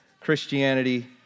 Christianity